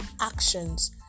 actions